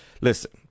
Listen